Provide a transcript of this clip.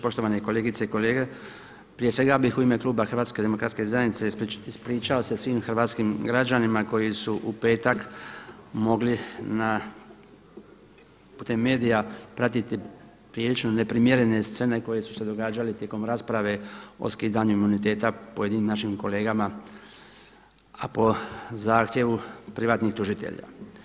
Poštovane kolegice i kolege, prije svega bi u ime kluba HDZ-a ispričao se svim hrvatskim građanima koji su u petak mogli putem medija pratiti prilično neprimjerene scene koje su se događale tijekom rasprave o skidanju imuniteta pojedinim našim kolegama a po zahtjevu privatnih tužitelja.